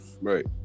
Right